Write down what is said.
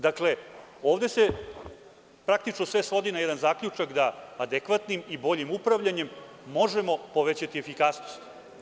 Dakle, ovde se praktično sve svodi na jedan zaključak da adekvatnim i boljim upravljanjem možemo povećati efikasnost.